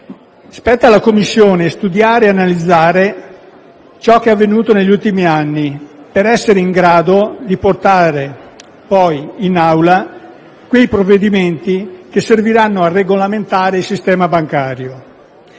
Spetta alla Commissione studiare e analizzare ciò che è avvenuto negli ultimi anni per essere in grado di portare poi in Aula quei provvedimenti che serviranno a regolamentare il sistema bancario,